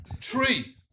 Tree